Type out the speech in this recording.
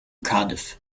cardiff